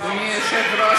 אדוני היושב-ראש,